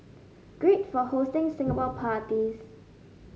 great for hosting Singapore parties